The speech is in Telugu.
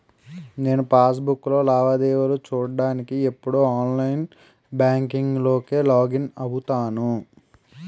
నేను పాస్ బుక్కులో లావాదేవీలు చూడ్డానికి ఎప్పుడూ ఆన్లైన్ బాంకింక్ లోకే లాగిన్ అవుతాను